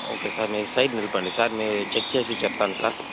okay sir మీరు ఈ side నిలపండి సార్ మేము చెక్ చేసి చెప్తాను సార్